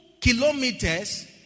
kilometers